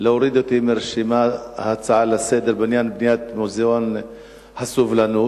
להוריד אותי מרשימת ההצעה לסדר-היום בעניין בניית מוזיאון הסובלנות,